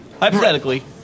hypothetically